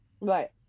Right